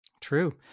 True